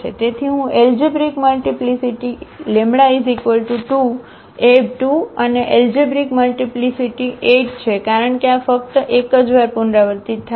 તેથી હું algebraic multiplicity λ 2 એ 2 અને એલજેબ્રિક મલ્ટીપ્લીસીટી 8 છે કારણ કે આ ફક્ત એક જ વાર પુનરાવર્તિત થાય છે